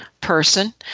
person